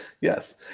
Yes